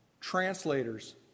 translators